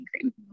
cream